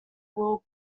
will